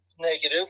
negative